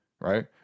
Right